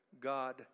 God